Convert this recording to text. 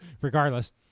Regardless